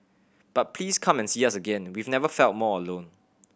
but please come and see us again we've never felt more alone